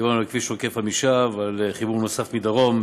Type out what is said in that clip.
דיברנו על כביש עוקף עמישב ועל חיבור נוסף מדרום,